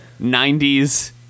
90s